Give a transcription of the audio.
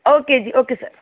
okay ਜੀ okay sir